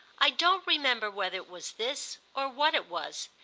i don't remember whether it was this, or what it was,